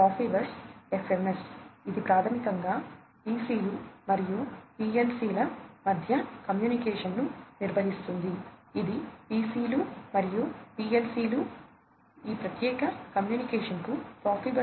తదుపరిది Profibus DP ఉపయోగిస్తుంది మరియు వేగం 9